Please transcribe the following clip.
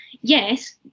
Yes